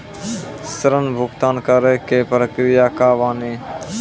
ऋण भुगतान करे के प्रक्रिया का बानी?